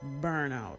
Burnout